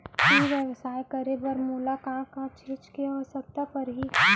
ई व्यवसाय करे बर मोला का का चीज के आवश्यकता परही?